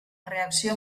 reacció